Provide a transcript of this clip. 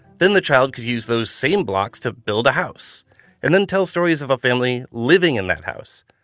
then the child could use those same blocks to build a house and then tell stories of a family living in that house.